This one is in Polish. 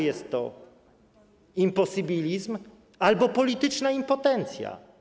Jest to imposybilizm albo polityczna impotencja.